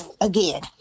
again